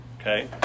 okay